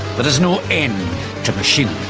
but is no end to machinery.